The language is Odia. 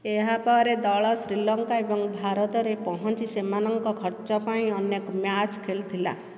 ଏହା ପରେ ଦଳ ଶ୍ରୀଲଙ୍କା ଏବଂ ଭାରତରେ ପହଞ୍ଚି ସେମାନଙ୍କ ଖର୍ଚ୍ଚ ପାଇଁ ଅନେକ ମ୍ୟାଚ୍ ଖେଳିଥିଲା